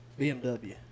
BMW